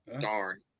Darn